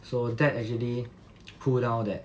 so that actually pull down that